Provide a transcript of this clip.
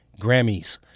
Grammys